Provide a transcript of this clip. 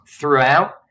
throughout